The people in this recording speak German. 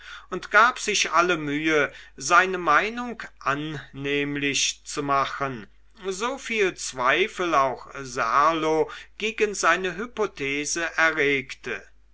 und gab sich alle mühe seine meinung annehmlich zu machen so viel zweifel auch serlo gegen seine hypothese erregte